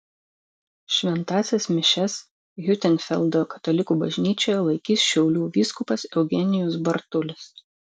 šventąsias mišias hiutenfeldo katalikų bažnyčioje laikys šiaulių vyskupas eugenijus bartulis